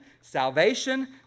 salvation